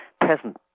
present